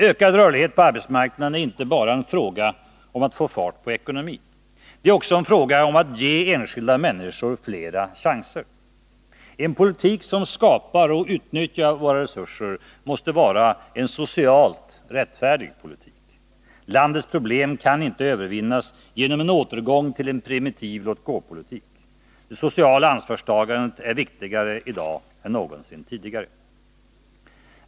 Ökad rörlighet på arbetsmarknaden är inte bara en fråga om att få fart på ekonomin. Det är också en fråga om att ge enskilda människor flera chanser. En politik som skapar och utnyttjar våra resurser måste vara en socialt rättfärdig politik. Landets problem kan inte övervinnas genom en återgång till en primitiv låt-gå-politik. Det sociala ansvarstagandet är viktigare i dag än någonsin tidigare.